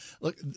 look